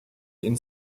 den